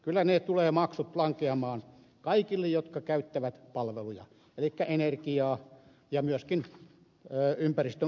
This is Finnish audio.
kyllä ne maksut tulevat lankeamaan kaikille jotka käyttävät palveluja elikkä energiaa ja myöskin ympäristömaksut tulevat nousemaan